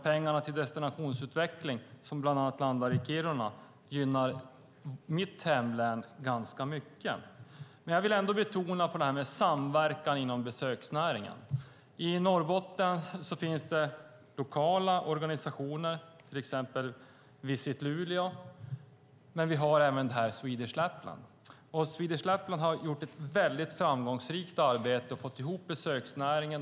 Pengarna till destinationsutveckling som bland annat hamnar i Kiruna gynnar mitt hemlän ganska mycket. Jag vill ändå betona samverkan inom besöksnäringen. I Norrbotten finns det lokala organisationer, till exempel Visit Luleå, och vi har även Swedish Lapland. Swedish Lapland har gjort ett väldigt framgångsrikt arbete och har fått ihop besöksnäringen.